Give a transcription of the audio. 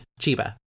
Chiba